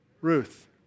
Ruth